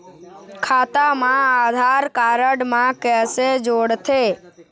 खाता मा आधार कारड मा कैसे जोड़थे?